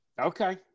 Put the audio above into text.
Okay